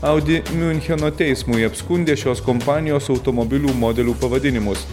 audi miuncheno teismui apskundė šios kompanijos automobilių modelių pavadinimus